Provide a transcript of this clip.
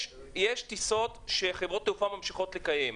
יש טיסות שחברות תעופה ממשיכות לקיים.